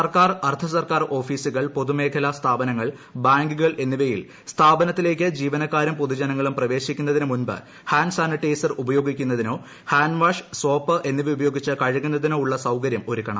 സർക്കാർ അർദ്ധ സർക്കാർ ഓഫീസുകൾ പൊതുമേഖലാ സ്ഥാപനങ്ങൾ ബാങ്കുകൾ എന്നിവയിൽ സ്ഥാപനത്തിലേക്ക് ജീവനക്കാരും പൊതുജനങ്ങളും പ്രവേശിക്കുന്നതിനുമുമ്പ് ഹാൻഡ് സാനിറ്റൈസർ ഉപയോഗിക്കുന്നതിനോ ഹാൻഡ് വാഷ് സോപ്പ് എന്നിവ ഉപയോഗിച്ച് കഴുകുന്നതിനോ ഉള്ള സൌകര്യം ഒരുക്കണം